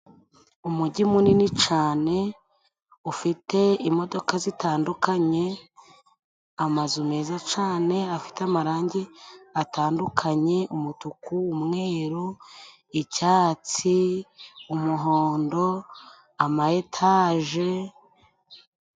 Umujyi munini cane ufite imodoka zitandukanye, amazu meza cane afite amarangi atandukanye, umutuku, umweru, icyatsi ,umuhondo, amayetaje.